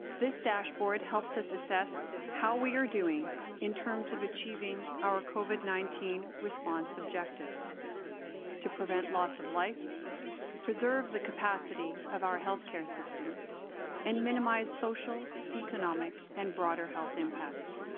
this dashboard helps us assess how we are doing in terms of achieving our covid nineteen response objectives to prevent loss of life preserve the capacity of our health care system and minimize social economic and broader health impacts